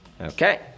Okay